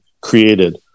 created